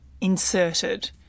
inserted